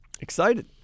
Excited